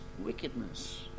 wickedness